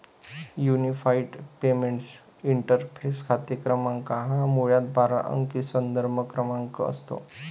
unified payments interface खाते क्रमांक हा मुळात बारा अंकी संदर्भ क्रमांक असतो